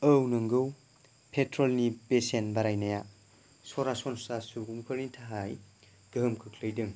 औ नोंगौ पेट्रलनि बेसेन बारायनाया सरासनस्रा सुबुंफोरनि थाखाय गोहोम खोख्लैदों